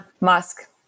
Musk